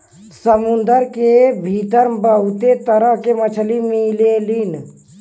समुंदर के भीतर बहुते तरह के मछली मिलेलीन